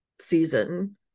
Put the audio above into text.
season